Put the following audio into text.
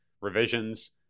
revisions